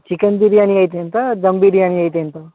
chicken biryani రేటెంత ధమ్ బిర్యానీ రేటెంత